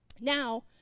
Now